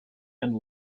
and